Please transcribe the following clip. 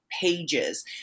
pages